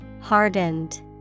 Hardened